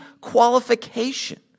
qualification